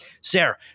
sarah